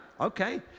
Okay